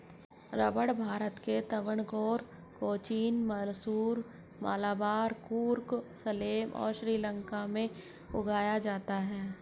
रबड़ भारत के त्रावणकोर, कोचीन, मैसूर, मलाबार, कुर्ग, सलेम और श्रीलंका में उगाया जाता है